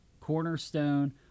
cornerstone